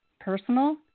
personal